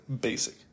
basic